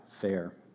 fair